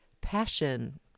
passion